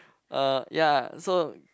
uh ya so